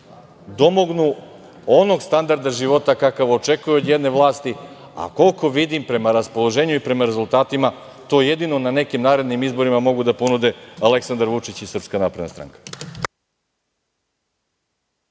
domognu onog standarda života kakav očekuju od jedne vlasti, a koliko vidim prema raspoloženju i prema rezultatima, to jedino na nekim narednim izborima mogu da ponude Aleksandar Vučić i SNS. **Vladimir